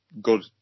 good